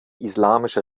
islamische